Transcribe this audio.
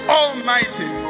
almighty